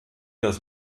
das